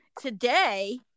today